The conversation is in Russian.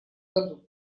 году